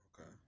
Okay